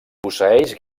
posseeix